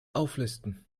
auflisten